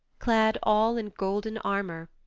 clad all in golden armor,